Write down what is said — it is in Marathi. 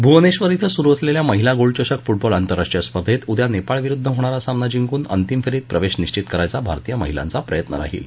भुवनेश्वर श्विं सुरु असलेल्या महिला गोल्ड चषक फूटबॉल आंतरराष्ट्रीय स्पर्धेत उदया नेपाळविरुद्ध होणारा सामना जिंकून अंतिम फेरीत प्रवेश निश्वित करायचा भारतीय महिलांचा प्रयत्न राहील